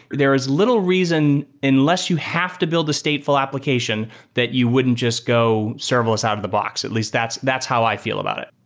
there is little reason unless you have to build the stateful application that you wouldn't just go serverless out of-the-box. at least that's that's how i feel about it.